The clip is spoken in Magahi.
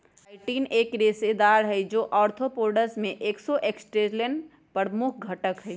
काइटिन एक रेशेदार हई, जो आर्थ्रोपोड्स के एक्सोस्केलेटन में प्रमुख घटक हई